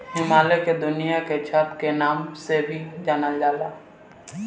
हिमालय के दुनिया के छत के नाम से भी जानल जाला